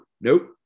nope